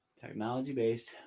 Technology-based